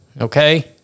okay